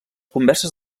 converses